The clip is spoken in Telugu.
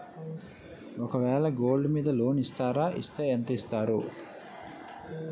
ఒక వేల గోల్డ్ మీద లోన్ ఇస్తారా? ఇస్తే ఎంత ఇస్తారు?